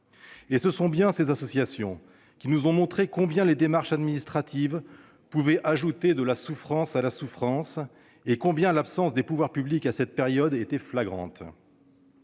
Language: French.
Ce sont les associations qui nous ont montré combien les démarches administratives pouvaient ajouter de la souffrance à la souffrance et à quel point l'absence des pouvoirs publics à cette période était flagrante.